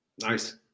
Nice